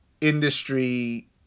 industry